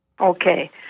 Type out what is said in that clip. Okay